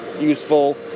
useful